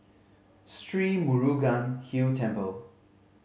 Sri Murugan Hill Temple